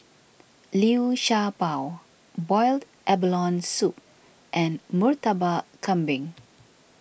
Liu Sha Bao Boiled Abalone Soup and Murtabak Kambing